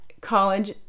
college